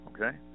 Okay